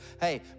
hey